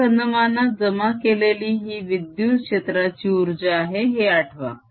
या घनमानात जमा केलेली ही विद्युत क्षेत्राची उर्जा आहे हे आठवा